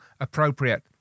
appropriate